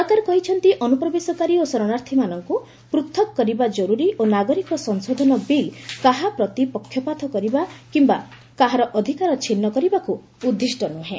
ସରକାର କହିଛନ୍ତି ଅନୁପ୍ରବେଶକାରୀ ଓ ଶରଣାର୍ଥୀମାନଙ୍କୁ ପୃଥକ କରିବା ଜରୁରୀ ଓ ନାଗରିକ ସଂଶୋଧନ ବିଲ୍ କାହା ପ୍ରତି ପକ୍ଷପାତ କରିବା କିମ୍ବା କାହାର ଅଧିକାର ଛିନ୍ନ କରିବାକୁ ଉଦ୍ଦିଷ୍ଟ ନୁହେଁ